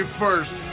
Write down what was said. first